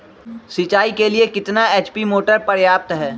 सिंचाई के लिए कितना एच.पी मोटर पर्याप्त है?